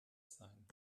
sein